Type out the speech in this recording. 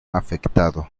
afectado